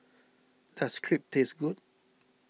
does Crepe taste good